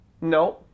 No